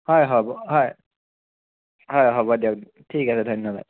হয় হ'ব হয় হয় হ'ব দিয়ক ঠিক আছে ধন্যবাদ